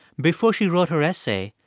before she wrote her essay,